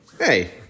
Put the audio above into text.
Hey